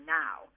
now